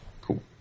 Cool